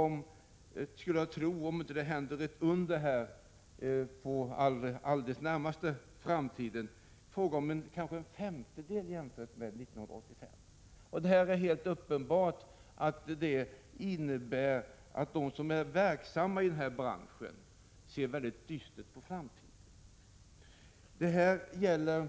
Om det inte under den allra närmaste framtiden händer ett under, är det fråga om en femtedel jämfört med 1985. Det är uppenbart att de som är verksamma inom branschen ser dystert på framtiden. Detta gäller i